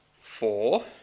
Four